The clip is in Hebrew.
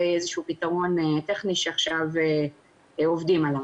איזה שהו פתרון טכני שעכשיו עובדים עליו.